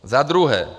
Za druhé.